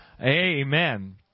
Amen